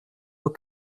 nos